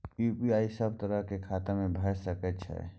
UPI सब तरह के खाता में भय सके छै?